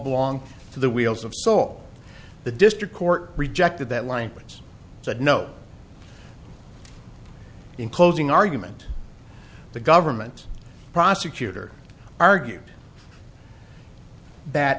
belong to the wheels of soul the district court rejected that language said no in closing argument the government prosecutor argue that